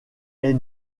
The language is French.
est